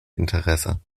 interesse